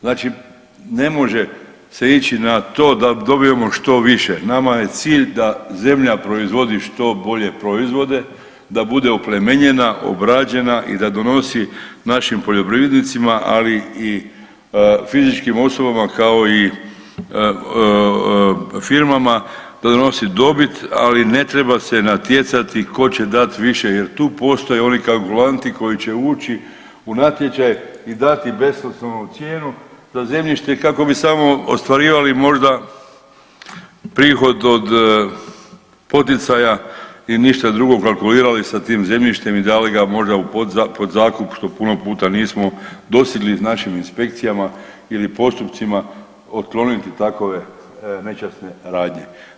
Znači, ne može se ići na to da dobijemo što više, nama je cilj da zemlja proizvodi što bolje proizvode, da bude oplemenjena, obrađena i da donosi našim poljoprivrednicima, ali i fizičkim osobama, kao i firmama da donosi dobit, ali ne treba se natjecati ko će dat više jer tu postoje oni kalkulanti koji će ući u natječaj i dati besmislenu cijenu za zemljište kako bi samo ostvarivali možda prihod od poticaja i ništa drugo kalkulirali sa tim zemljištem i dali ga možda u podzakup što puno puta nismo dosegli ili našim inspekcijama ili postupcima otkloniti takove nečasne radnje.